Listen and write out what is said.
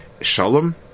Shalom